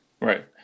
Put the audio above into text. Right